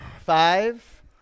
five